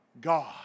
God